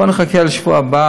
בוא נחכה לשבוע הבא,